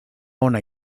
ona